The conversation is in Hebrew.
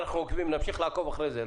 נמשיך לעקוב אחרי זה.